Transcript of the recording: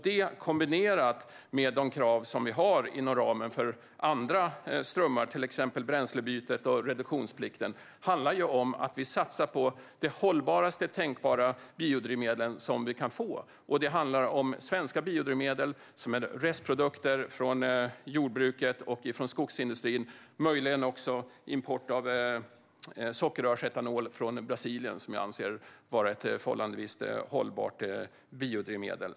Detta kombinerat med de krav som vi har inom ramen för andra strömmar, till exempel Bränslebytet och reduktionsplikten, handlar om att vi satsar på de hållbarast tänkbara biodrivmedel som vi kan få. Det handlar om svenska biodrivmedel som är restprodukter från jordbruket och från skogsindustrin och möjligen också om import av sockerrörsetanol från Brasilien, som jag anser vara ett förhållandevis hållbart biodrivmedel.